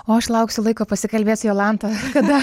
o aš lauksiu laiko pasikalbėt su jolanta kada